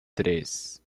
tres